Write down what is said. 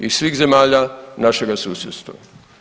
I svih zemalja našega susjedstva.